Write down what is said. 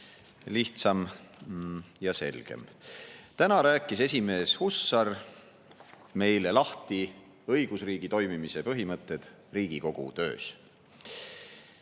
lihtsam ja selgem. Täna rääkis esimees Hussar meile lahti õigusriigi toimimise põhimõtted Riigikogu töös.